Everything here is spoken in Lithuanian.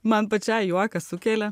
man pačiai juoką sukelia